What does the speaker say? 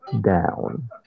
down